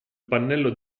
pannello